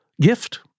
gift